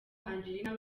angelina